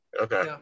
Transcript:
okay